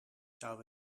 zou